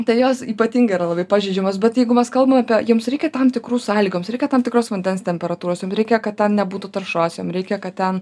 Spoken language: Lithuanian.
tai jos ypatingai yra labai pažeidžiamos bet jeigu mes kalbam apie jiems reikia tam tikrų sąlygų jiems reikia tam tikros vandens temperatūros jom reikia kad ten nebūtų taršos jom reikia kad ten